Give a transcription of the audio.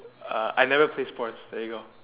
uh I never play sports there you go